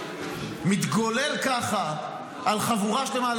מתגולל ככה על חבורה שלמה,